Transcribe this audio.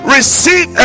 Receive